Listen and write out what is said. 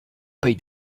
paye